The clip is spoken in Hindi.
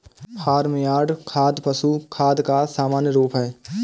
फार्म यार्ड खाद पशु खाद का सामान्य रूप है